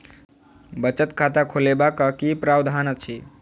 बचत खाता खोलेबाक की प्रावधान अछि?